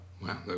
Wow